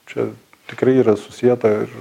čia tikrai yra susieta ir